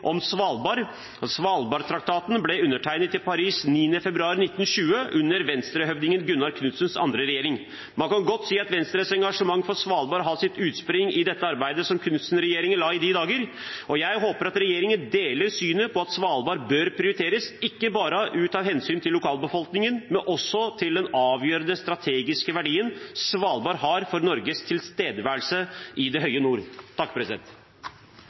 om Svalbard: Svalbardtraktaten ble undertegnet i Paris 9. februar 1920 under Venstre-høvdingen Gunnar Knudsens andre regjering. Man kan godt si at Venstres engasjement for Svalbard har sitt utspring i det arbeidet som Knudsen-regjeringen la i de dager. Jeg håper at regjeringen deler synet på at Svalbard bør prioriteres, ikke bare av hensyn til lokalbefolkningen, men også av hensyn til den avgjørende strategiske verdien Svalbard har for Norges tilstedeværelse i det høye nord.